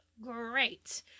Great